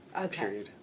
okay